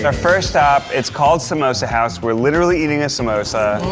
ah first stop, it's called samosa house, we're literally eating a samosa.